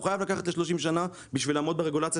הוא חייב לקחת ל-30 שנה בשביל לעמוד ברגולציה